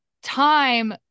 Time